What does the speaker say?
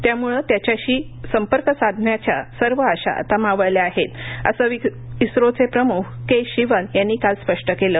त्याम्ळं त्याच्याशी संपर्क साधण्याच्या सर्व आशा आता मावळल्या आहेत असं इस्रोचे प्रम्ख के शिवन यांनी काल स्पष्ट केलं